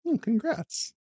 Congrats